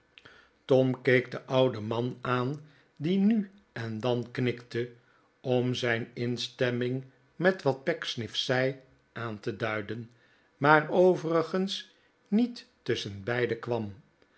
tom keek den ouden man aan die nu en dan knikte om zijn in stemming met wat pecksniff zei aan te duiden maar overigens niet tusschenbeide kwam